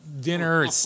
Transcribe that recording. dinner